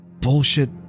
bullshit